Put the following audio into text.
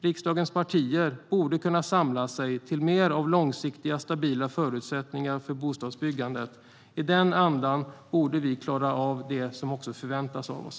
Riksdagens partier borde kunna samlas kring mer långsiktiga stabila förutsättningar för bostadsbyggandet. I den andan borde vi klara av det som förväntas av oss.